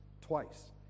Twice